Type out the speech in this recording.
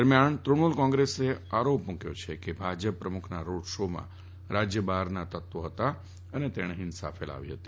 દરમિયાન તૃણમુલ કોંગ્રેસે આરોપ મુકયો છે કે ભાજપ પ્રમુખના રોડ શોમાં રાજય બહારના લોકો હતા અને તેમણે હિંસા ફેલાવી હતી